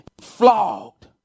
flogged